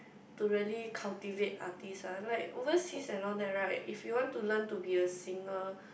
to really cultivate artist ah like overseas and all that right if you want to learn to be a singer